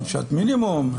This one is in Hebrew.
ענישת מינימום,